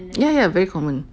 ya you very common